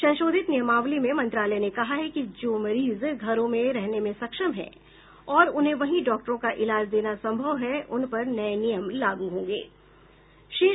संशोधित नियमावली में मंत्रालय ने कहा है कि जो मरीज घरों में रहने में सक्षम हैं और उन्हें वहीं डॉक्टरों का इलाज देना संभव है उनपर नये नियम लागू होंगे